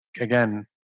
again